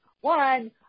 one